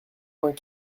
vingt